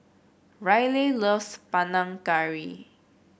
Ryleigh loves Panang Curry